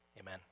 Amen